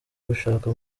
gushaka